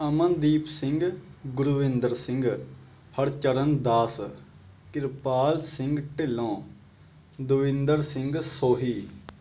Amandeep Singh Gurvinder Singh Harcharan Das Kirpal Singh Dhillon Davinder Singh Sohi